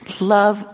Love